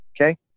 Okay